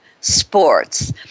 sports